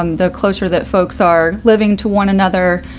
um the closer that folks are living to one another,